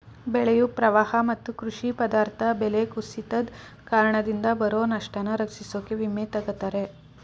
ಬೆಳೆಯು ಪ್ರವಾಹ ಮತ್ತು ಕೃಷಿ ಪದಾರ್ಥ ಬೆಲೆ ಕುಸಿತದ್ ಕಾರಣದಿಂದ ಬರೊ ನಷ್ಟನ ರಕ್ಷಿಸೋಕೆ ವಿಮೆ ತಗತರೆ